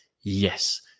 yes